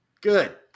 Good